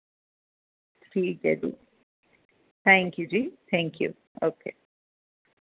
ठीक ऐ जी थैंक यू जी थैंक यू ओके